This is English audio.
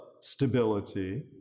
stability